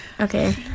Okay